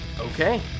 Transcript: Okay